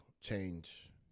change